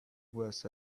was